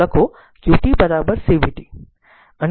તો લખો q t c v t